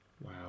Wow